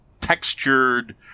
textured